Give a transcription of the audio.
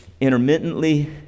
intermittently